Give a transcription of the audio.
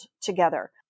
together